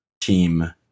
team